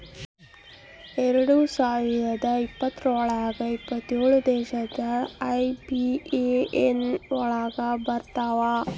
ಎರಡ್ ಸಾವಿರದ ಇಪ್ಪತ್ರೊಳಗ ಎಪ್ಪತ್ತೇಳು ದೇಶ ಐ.ಬಿ.ಎ.ಎನ್ ಒಳಗ ಬರತಾವ